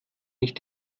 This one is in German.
nicht